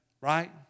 right